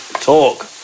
talk